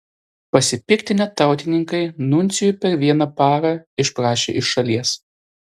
pasipiktinę tautininkai nuncijų per vieną parą išprašė iš šalies